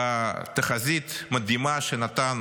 בתחזית המדהימה שנתן